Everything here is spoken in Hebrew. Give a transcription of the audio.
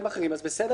בסדר גמור,